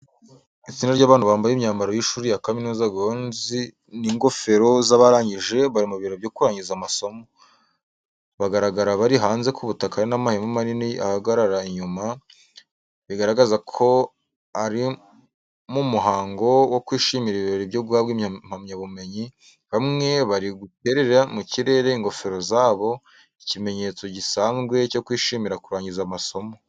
Itsinda ry’abantu bambaye imyambaro y’ishuri rya kaminuza (gowns) n’ingofero z’abarangije, bari mu birori byo kurangiza amasomo. Bagaragara bari hanze, ku butaka, hari amahema manini y’umweru ahagarara inyuma, bigaragaza ko ari mu muhango wo kwishimira ibirori byo guhabwa impamyabumenyi. Bamwe bari guterera mu kirere ingofero zabo, ikimenyetso gisanzwe cyo kwishimira kurangiza amasomo.